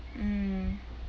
mm